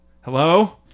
Hello